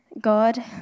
God